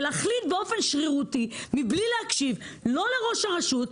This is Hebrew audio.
ולהחליט באופן שרירותי מבלי להקשיב לא לראש הרשות,